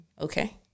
Okay